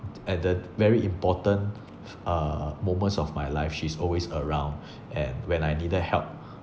at the very important uh moments of my life she's always around and when I needed help